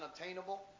unattainable